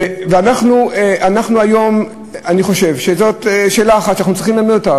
אני חושב שזאת שאלה אחת שאנחנו צריכים להעלות,